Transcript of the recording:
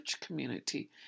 community